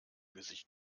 gesicht